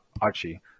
archie